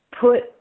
put